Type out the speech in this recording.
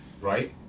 right